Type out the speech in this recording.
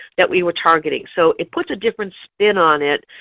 that we were targeting. so it puts a different spin on it.